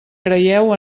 creieu